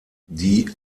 die